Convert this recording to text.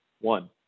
One